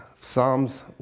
Psalms